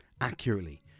accurately